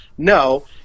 No